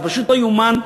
זה פשוט לא ייאמן.